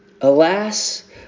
Alas